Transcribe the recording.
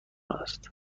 است